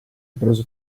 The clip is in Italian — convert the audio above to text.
preso